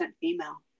female